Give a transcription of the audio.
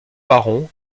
baron